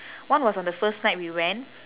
one was on the first night we went